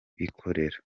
bikorera